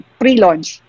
pre-launch